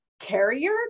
carrier